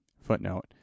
Footnote